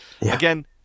again